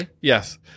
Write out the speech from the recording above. Yes